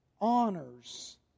honors